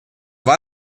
war